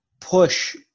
push